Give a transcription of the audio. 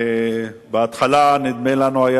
ובהתחלה היה נדמה לנו,